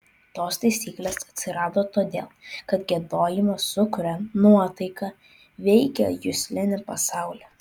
tos taisyklės atsirado todėl kad giedojimas sukuria nuotaiką veikia juslinį pasaulį